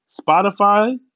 Spotify